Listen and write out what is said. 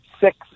six